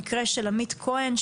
המקרה של עמית כהן,